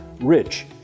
rich